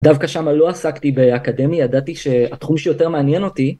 דווקא שמה לא עסקתי באקדמיה, ידעתי שהתחום שיותר מעניין אותי...